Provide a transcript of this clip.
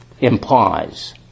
implies